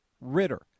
Ritter